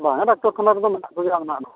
ᱵᱟᱝᱟ ᱰᱟᱠᱛᱚᱨ ᱠᱷᱟᱱᱟ ᱨᱮᱫᱚ ᱢᱮᱱᱟᱜ ᱫᱚ ᱢᱮᱱᱟᱜᱼᱟ ᱚᱱᱟ ᱫᱚ